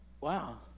wow